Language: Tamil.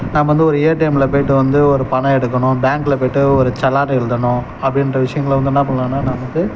நம்ம வந்து ஏடிஎம்ல போய்ட்டு வந்து ஒரு பணம் எடுக்கணும் பேங்க்ல போய்ட்டு ஒரு செலான் எழுதணும் அப்படின்ற விஷயங்கள வந்து என்ன பண்ணலான்னா நமக்கு